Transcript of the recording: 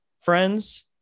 friends